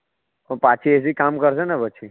પણ પાછી એસી કામ કરશે ને પછી